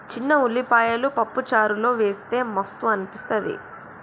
చిన్న ఉల్లిపాయలు పప్పు చారులో వేస్తె మస్తు అనిపిస్తది